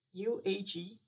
UAG